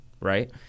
right